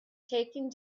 taking